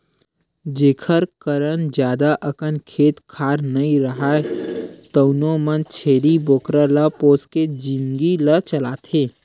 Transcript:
जेखर करन जादा अकन खेत खार नइ राहय तउनो मन छेरी बोकरा ल पोसके जिनगी ल चलाथे